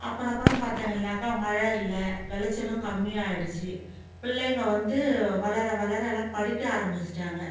அப்புறம் அப்புறம் பார்த்தீங்கள்னாக்கா மழை இல்லை விளைச்சலும் கம்மியாகிடுச்சி பிள்ளைங்க வந்து வளர வளர எல்லாம் படிக்க ஆரம்பித்திட்டாங்க